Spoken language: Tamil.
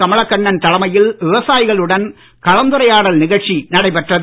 கமலக்கண்ணன் தலைமையில் விவசாயிகளுடன் கலந்துரையாடல் நிகழ்ச்சி நடைபெற்றது